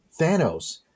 Thanos